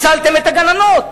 הצלתם את הגננות.